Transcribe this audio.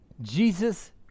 Jesus